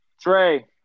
Trey